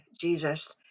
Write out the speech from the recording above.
Jesus